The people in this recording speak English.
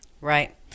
right